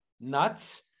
nuts